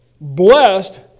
blessed